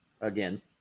Again